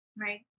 Right